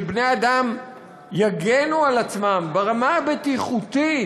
שבני אדם יגנו על עצמם ברמה הבטיחותית,